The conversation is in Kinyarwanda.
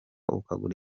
ukagura